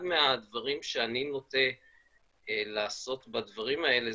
מהדברים שאני נוטה לעשות בדברים האלה,